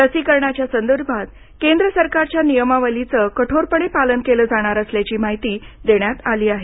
लसीकरणाच्या संदर्भात केंद्र सरकारच्या नियमावलीचं कठोरपणे पालन केलं जाणार असल्याची माहिती देण्यात आली आहे